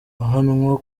ahanwa